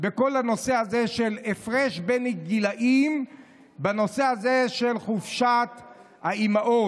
בכל הנושא הזה של הפרש בין גילים בנושא הזה של חופשת האימהות.